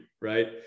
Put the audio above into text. right